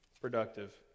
productive